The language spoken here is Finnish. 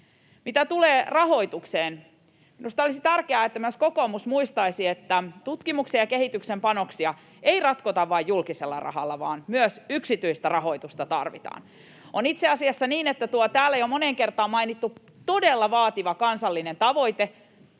Mitä tulee rahoitukseen: Minusta olisi tärkeää, että myös kokoomus muistaisi, että tutkimuksen ja kehityksen panoksia ei ratkota vain julkisella rahalla, vaan myös yksityistä rahoitusta tarvitaan. On itse asiassa niin, että tuo täällä jo moneen kertaan mainittu todella vaativa kansallinen tavoite